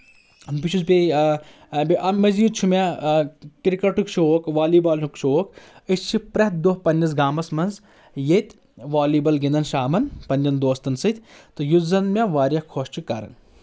بہٕ چھُس بیٚیہِ بیٚیہِ اَمہِ مٔزیٖد چھُ مےٚ کِرکٹُک شوق والی بالُک شوق أسۍ چھِ پرٛؠتھ دۄہ پننِس گامس منٛز ییٚتہِ والی بال گِنٛدن شامَن پنٕنؠن دوستن سۭتۍ تہٕ یُس زن مےٚ واریاہ خۄش چھُ کران